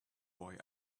boy